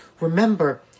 Remember